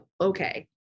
okay